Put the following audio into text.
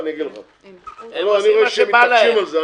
אני רואה שהם מתעקשים על זה,